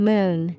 Moon